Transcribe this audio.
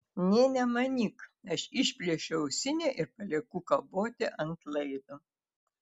nė nemanyk aš išplėšiu ausinę ir palieku kaboti ant laido